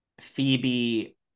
phoebe